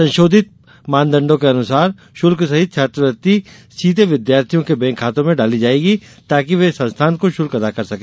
संशोधित मानदंडो के अनुसार शुल्क सहित छात्रवृत्ति राशि सीधे विद्यार्थियों के बैंक खातों में डाली जाएगी ताकि वे संस्थान को शुल्क अदा कर सके